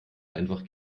einfach